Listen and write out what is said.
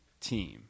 team